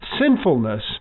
sinfulness